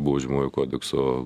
baudžiamojo kodekso